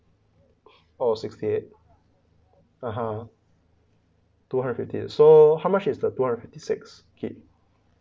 orh sixty eight (uh huh) two hundred and fifty six gig so how much is the two hundred and fifty six gig